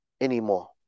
anymore